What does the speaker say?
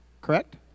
correct